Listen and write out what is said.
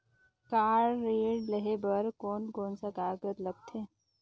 Car ऋण लेहे बार कोन कोन सा कागज़ लगथे?